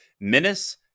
menace